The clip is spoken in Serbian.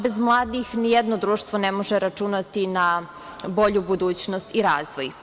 Bez mladih nijedno društvo ne može računati na bolju budućnost i razvoj.